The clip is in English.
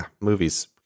movies